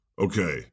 Okay